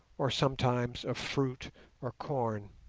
or sometimes of fruit or corn.